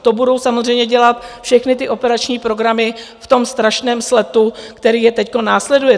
To budou samozřejmě dělat všechny ty operační programy v tom strašném sletu, který je teď následuje.